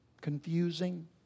confusing